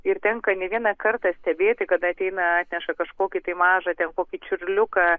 ir tenka ne vieną kartą stebėti kada ateina atneša kažkokį tai mažą ten kokį čiurliuką